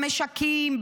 במשקים,